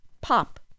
Pop